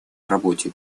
работе